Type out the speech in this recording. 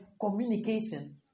communication